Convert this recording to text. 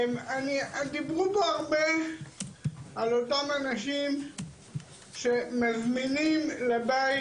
דיברו פה הרבה על אותם אנשים שמזמינים לבית